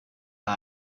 guy